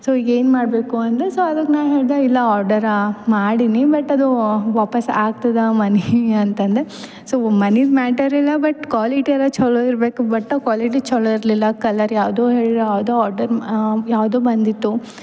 so ಈಗ ಏನು ಮಾಡಬೇಕು ಅಂದೇ ಸೊ ಅದಕ್ಕೆ ನಾ ಹೇಳಿದೆ ಇಲ್ಲ ಆರ್ಡರಾ ಮಾಡೀನಿ ಬಟ್ ಅದು ವಾಪಾಸ್ ಆಗ್ತದೆ ಮನಿ ಅಂತಂದೆ ಸೊ ಮನಿ ಮ್ಯಾಟರಿಲ್ಲ ಬಟ್ ಕ್ವಾಲಿಟಿ ಅರಾ ಛಲೋ ಇರಬೇಕು ಬಟ್ ಕ್ವಾಲಿಟಿ ಚಲೋ ಇರಲಿಲ್ಲ ಕಲರ್ ಯಾವುದೋ ಹೇಳಿರೆ ಯಾವುದೋ ಆರ್ಡರ್ ಯಾವುದೋ ಬಂದಿತ್ತು